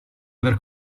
aver